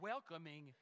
welcoming